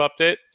update